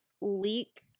leak